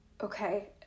Okay